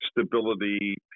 stability